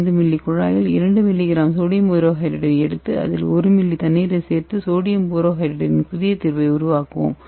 5 milli குழாயில் 2 milligram sodium போரோஹைட்ரைடை எடுத்து அதில் 1 மில்லி தண்ணீரைச் சேர்த்து சோடியம் போரோஹைட்ரைட்டின் புதிய தீர்வை உருவாக்குவோம்